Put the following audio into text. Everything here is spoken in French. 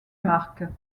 marque